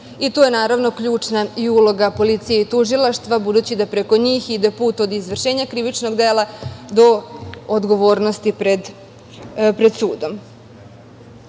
Tu je, naravno, ključna i uloga policije i tužilaštva, budući da preko njih ide put od izvršenja krivičnog dela do odgovornosti pred sudom. Kao